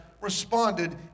responded